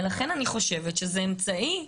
ולכן, אני חושבת שזה אמצעי.